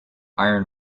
iron